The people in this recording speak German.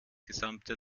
gesamte